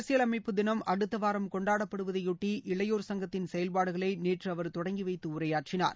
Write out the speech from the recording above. அரசியலமைப்பு தினம் அடுத்த வாரம் கொண்டாடப்படுவதையொட்டி இளையோர் சங்கத்தின் செயல்பாடுகளை நேற்று அவர் தொடங்கி வைதது உரையாற்றினார்